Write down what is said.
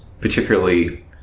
particularly